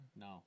No